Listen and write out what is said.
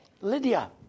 Lydia